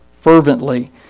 fervently